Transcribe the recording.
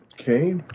Okay